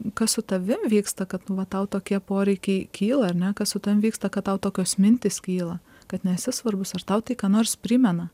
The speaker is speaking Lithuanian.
kas su tavim vyksta kad nu va tau tokie poreikiai kyla ane kas su tavim vyksta kad tau tokios mintys kyla kad nesi svarbus aš tau tai ką nors primena